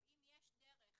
אבל אם יש דרך